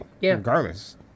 regardless